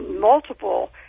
multiple